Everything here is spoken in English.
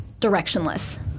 directionless